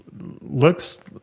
looks